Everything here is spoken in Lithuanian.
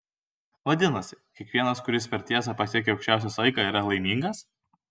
vadinasi kiekvienas kuris per tiesą pasiekia aukščiausią saiką yra laimingas